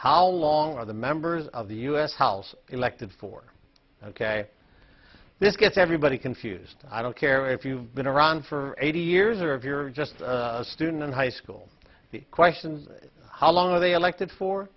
how long are the members of the u s house elected for ok this gets everybody confused i don't care if you've been around for eighty years or if you're just a student in high school the question is how long are they elected for